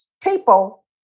people